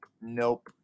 nope